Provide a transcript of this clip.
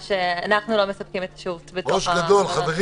"המדינה תספק למי שמצוי במקום לבידוד מטעם המדינה מזון איכותי,